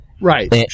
Right